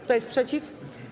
Kto jest przeciw?